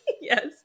yes